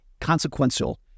consequential